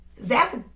Zach